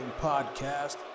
podcast